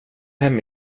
hem